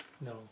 No